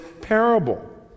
parable